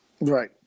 Right